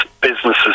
businesses